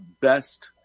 best